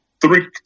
three